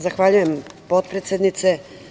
Zahvaljujem, potpredsednice.